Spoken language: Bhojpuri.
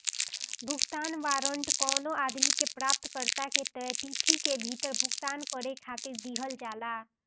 भुगतान वारंट कवनो आदमी के प्राप्तकर्ता के तय तिथि के भीतर भुगतान करे खातिर दिहल जाला